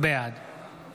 בעד